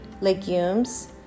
legumes